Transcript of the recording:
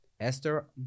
Esther